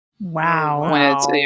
Wow